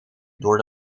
door